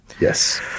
Yes